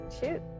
shoot